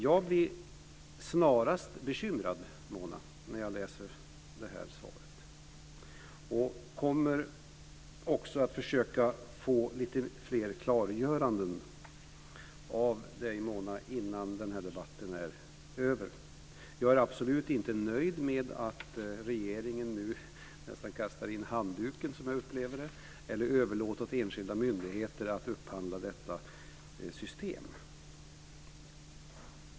Jag blir snarast bekymrad, Mona, när jag läser detta svar, och kommer också att försöka få lite fler klargöranden innan denna debatt är över. Jag är absolut inte nöjd med att regeringen nu nästan kastar in handduken, som jag upplever, eller överlåter åt enskilda myndigheter att upphandla detta system.